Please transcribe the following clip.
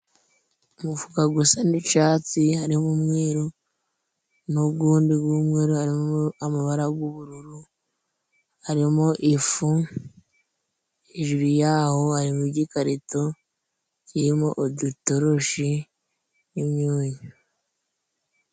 Umufuka gusa n'icatsi harimo umweru n'ugundi g'umweru harimo amabara g'ubururu arimo ifu, hejuru y'aho harimo igikarito kirimo udutoroshi n'imyunyu.